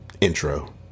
intro